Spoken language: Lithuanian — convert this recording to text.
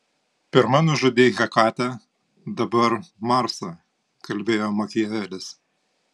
pirma nužudei hekatę dabar marsą kalbėjo makiavelis